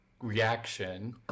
reaction